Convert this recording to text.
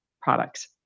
products